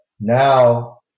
now